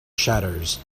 shutters